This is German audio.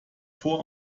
vor